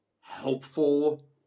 helpful